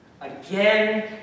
again